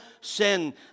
sin